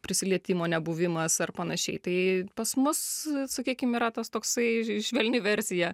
prisilietimo nebuvimas ar panašiai tai pas mus sakykim yra tas toksai švelni versija